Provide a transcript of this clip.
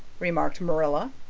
remarked marilla.